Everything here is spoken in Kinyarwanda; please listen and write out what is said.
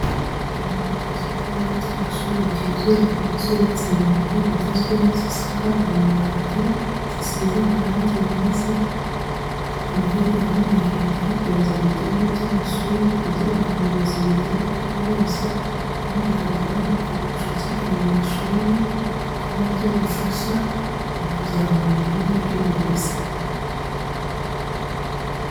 Inyubako z'ibyumba by'amashuri byuzuye vuba zubatse mu buryo bugezweho zisakaje amabati, zisize amarangi meza ni muri gahunda ya leta yo kongera ibyumba by'amashuri kugira ngo uburezi bugere kuri bose kandi hagabanyuke ubucucike mu mashuri kuko na byo bifasha mu kuzamura ireme ry'uburezi.